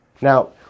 Now